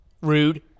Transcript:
Rude